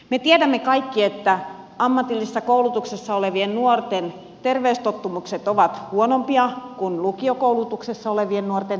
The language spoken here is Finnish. me tiedämme kaikki että ammatillisessa koulutuksessa olevien nuorten terveystottumukset ovat huonompia kuin lukiokoulutuksessa olevien nuorten terveystottumukset